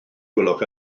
gwelwch